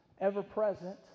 ever-present